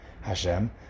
Hashem